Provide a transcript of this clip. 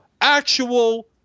Actual